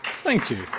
thank you.